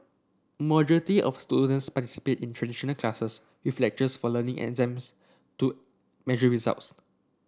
majority of students participate in traditional classes with lectures for learning exams to measure results